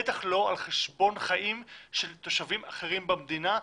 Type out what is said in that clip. בטח לא על חשבון חיים של תושבים אחרים במדינה,